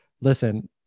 listen